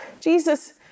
Jesus